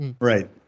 right